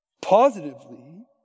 positively